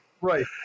Right